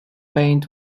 paint